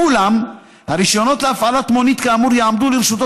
ואולם הרישיונות להפעלת מונית כאמור יעמדו לרשותו